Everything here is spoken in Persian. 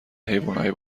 حیونای